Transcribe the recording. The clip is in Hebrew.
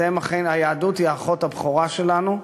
היהדות היא האחות הבכורה שלנו.